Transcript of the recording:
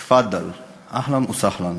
תפאדל, אהלן וסהלן.